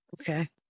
Okay